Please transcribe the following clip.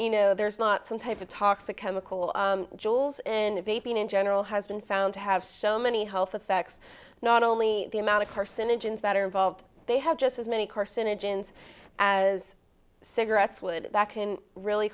you know there's not some type of toxic chemical jewels and if they've been in general has been found to have so many health effects not only the amount of carcinogens that are involved they have just as many carcinogens as cigarettes would that can really